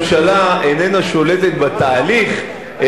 ומרגע שהממשלה איננה שולטת בתהליך,